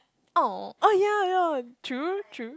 oh oh ya ya true true